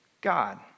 God